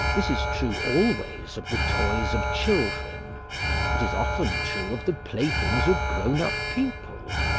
this is true always of the toys of children it is often true of the playthings of grown-up people,